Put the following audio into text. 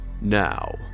Now